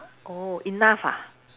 oh enough ah